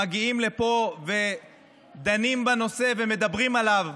מגיעים לפה ודנים בנושא ומדברים עליו.